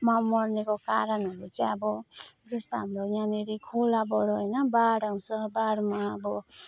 म मर्नुको कारणहरू चाहिँ अब जस्तो हाम्रो यहाँनेरि खोलाबाट होइन बाढ आउँछ बाढमा अब